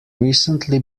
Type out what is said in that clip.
recently